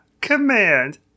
Command